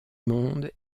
monde